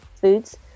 foods